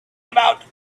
about